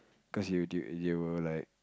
cause they'd they they will like